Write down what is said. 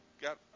got